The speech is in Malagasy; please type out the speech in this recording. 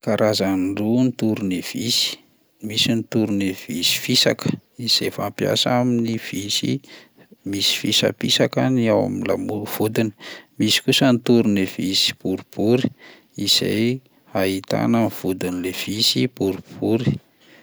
Karazany roa ny tournevis: misy ny tournevis fisaka izay fampiasa amin'ny visy misy fisapisaka ny ao amin'ny lamo- vodiny, misy kosa ny tournevis boribory izay ahitana ny vodin'ilay visy boribory.